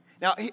Now